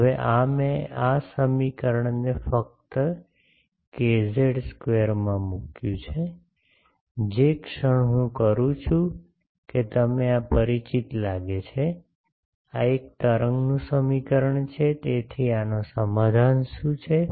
હવે આ મેં આ સમીકરણને ફક્ત કેઝ્ડ સ્ક્વેરમાં મૂક્યું છે જે ક્ષણ હું કરું છું કે તમે આ પરિચિત લાગે છે આ એક તરંગનું સમીકરણ છે તેથી આનો સમાધાન શું છે